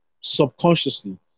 subconsciously